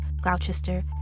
Gloucester